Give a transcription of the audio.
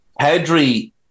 Pedri